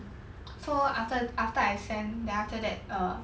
so after after I send then after that err